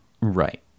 Right